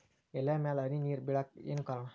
ಎಲೆ ಮ್ಯಾಲ್ ಹನಿ ನೇರ್ ಬಿಳಾಕ್ ಏನು ಕಾರಣ?